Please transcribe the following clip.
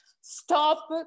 stop